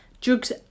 Drugs